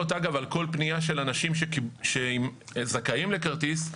על כל פנייה של אנשים שזכאים לכרטיס,